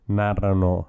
narrano